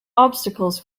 obstacles